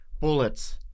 Bullets